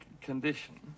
condition